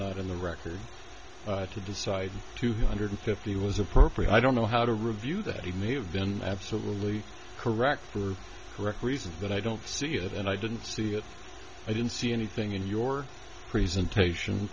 not in the record to decide two hundred fifty was appropriate i don't know how to review that he may have been absolutely correct for correct reasons that i don't see it and i didn't see it i didn't see anything in your presentation